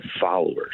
followers